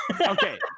Okay